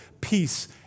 peace